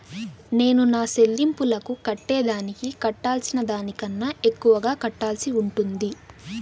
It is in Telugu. నేను నా సెల్లింపులకు కట్టేదానికి కట్టాల్సిన దానికన్నా ఎక్కువగా కట్టాల్సి ఉంటుందా?